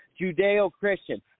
Judeo-Christian